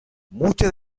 muchas